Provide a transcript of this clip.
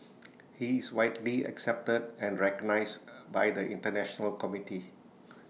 he is widely accepted and recognized by the International community